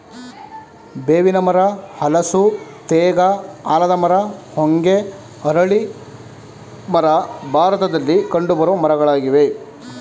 ಬೇವಿನ ಮರ, ಹಲಸು, ತೇಗ, ಆಲದ ಮರ, ಹೊಂಗೆ, ಅರಳಿ ಮರ ಭಾರತದಲ್ಲಿ ಕಂಡುಬರುವ ಮರಗಳಾಗಿವೆ